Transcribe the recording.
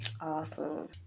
Awesome